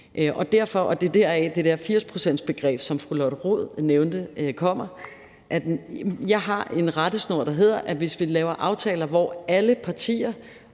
er deraf, at det der 80-procentsbegreb, som fru Lotte Rod nævnte, kommer. Jeg har en rettesnor, der hedder, at hvis vi laver aftaler, skal alle partier